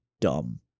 dumb